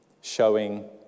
showing